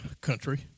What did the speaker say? country